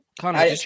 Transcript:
Connor